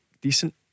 decent